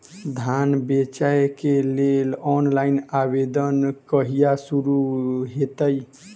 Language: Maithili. धान बेचै केँ लेल ऑनलाइन आवेदन कहिया शुरू हेतइ?